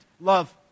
Love